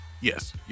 Yes